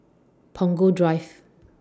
Punggol Drive